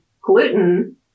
gluten